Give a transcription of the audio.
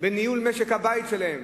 בניהול משק הבית שלהם.